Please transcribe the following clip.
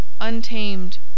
untamed